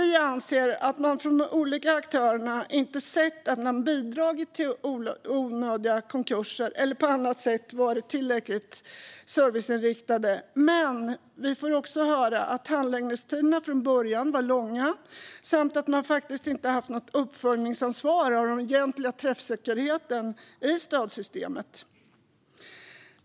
Vi anser att man från de olika aktörerna inte sett att man bidragit till onödiga konkurser eller på annat sätt inte varit tillräckligt serviceinriktad. Men vi får också höra att handläggningstiderna från början var långa samt att man faktiskt inte haft något uppföljningsansvar för den egentliga träffsäkerheten i stödsystemet.